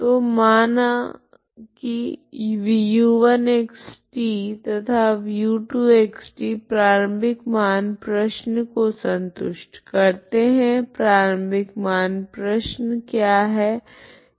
तो माने की u1xt तथा u2xt प्रारम्भिक मान प्रश्न को संतुष्ट करती है प्रारम्भिक मान प्रश्न क्या है